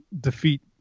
defeat